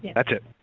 that's it.